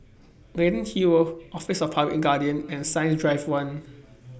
Leyden Hill Office of The Public Guardian and Science Drive one